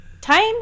Time